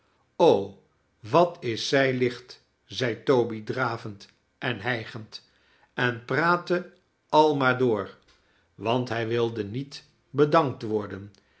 wat is zij licht zei toby dravend en hijgend en praatte al maar door want hij wilde niet bedankt worden